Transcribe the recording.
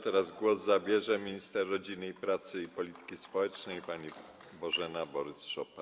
Teraz głos zabierze minister rodziny, pracy i polityki społecznej pani Bożena Borys-Szopa.